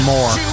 More